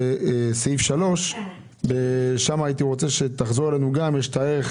בנושא של התנהלות השכר כדי שיהיה ניהול יותר טוב של הגופים על הדבר הזה.